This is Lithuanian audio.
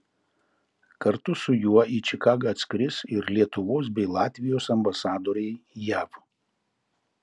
kartu su juo į čikagą atskris ir lietuvos bei latvijos ambasadoriai jav